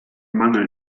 mangel